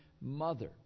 mother